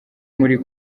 muri